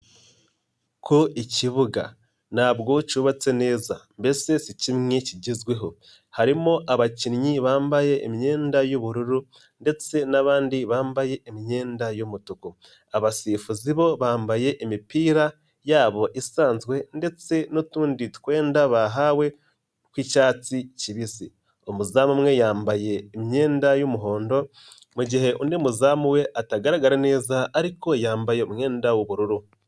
Ikibuga ntabwo cyubatse neza mbese si kimwe kigezweho. Harimo abakinnyi bambaye imyenda y'ubururu ndetse n'abandi bambaye imyenda y'umutuku. Abasifuzi bo bambaye imipira yabo isanzwe ndetse n'utundi twenda bahawe tw'icyatsi kibisi. Umuzamu umwe yambaye imyenda y'umuhondo mu gihe undi muzamu we atagaragara neza ariko yambaye umwenda w'ubururu.